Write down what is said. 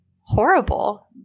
horrible